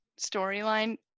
storyline